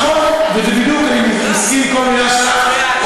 נכון, אני מסכים לכל מילה שלך.